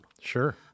sure